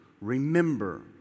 remember